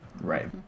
Right